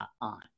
on